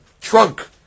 trunk